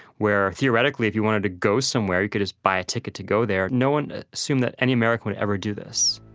where theoretically if you wanted to go somewhere you could just buy a ticket to go there. no one assumed that any american will ever do this